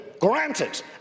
granted